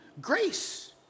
Grace